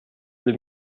deux